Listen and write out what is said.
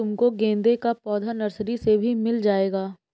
तुमको गेंदे का पौधा नर्सरी से भी मिल जाएगा